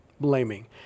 blaming